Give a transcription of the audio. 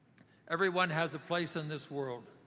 everyone has a place in this world.